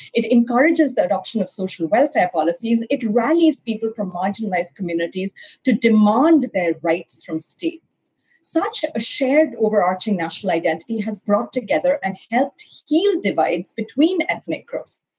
it encourages the adoption of social welfare policies. it rallies people from marginalized communities to demand their rights from. such a shared, overarching national identity has brought together and helped heal divides between ethnic groups.